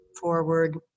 forward